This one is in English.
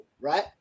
right